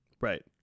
right